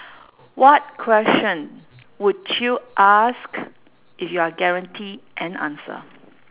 what question would you ask if you are guaranteed an answer